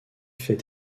fait